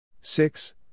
Six